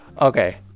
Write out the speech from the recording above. okay